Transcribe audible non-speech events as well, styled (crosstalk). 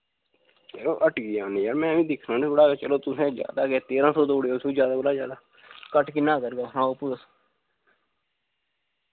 यरो हट्टिये (unintelligible) मैं बी दिक्खना नी थोह्ड़ा के चलो तुसैं ज्यादा केह् तेरां सौ देऊड़ेओ तुस मी ज्यादा कोला ज्यादा घट्ट किन्ना ग करगा सनाओ आप्पू तुस